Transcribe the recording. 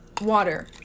water